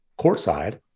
courtside